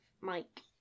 Mike